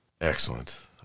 Excellent